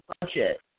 budget